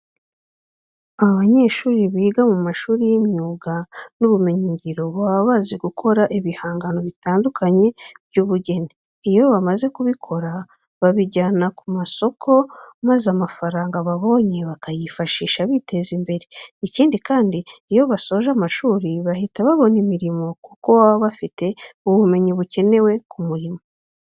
Abanyeshuri biga mu mashuri y'imyuga n'ubumenyingiro baba bazi gukora ibihangano bitandukanye by'ubugeni. Iyo bamaze kubikora babijyana ku masoko maza amafaranga babonye bakayifashisha biteza imbere. Ikindi kandi, iyo basoje amashuri bahita babona imirimo kuko baba bafite ubumenyi bukenewe ku murimo.